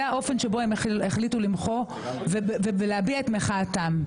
זה האופן שבו הם החליטו למחות ולהביע את מחאתם.